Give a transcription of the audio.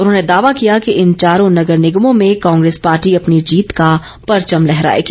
उन्होंने दावा किया कि इन चारों नगर ैनिगमों में कांग्रेस पार्टी ॅ अपनी जीत का परचम लहराएगी